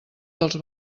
dels